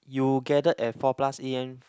you gathered at four plus a_m